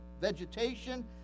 vegetation